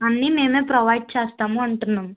అన్నీ మేము ప్రొవైడ్ చేస్తాం అంటున్నాం